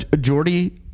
Jordy